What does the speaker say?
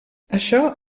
això